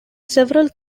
several